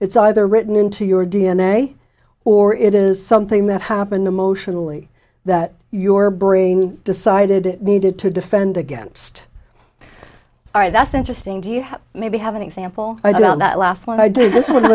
it's either written into your d n a or it is something that happened emotionally that your brain decided it needed to defend against are that's interesting to you maybe have an example i doubt that last one i did